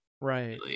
Right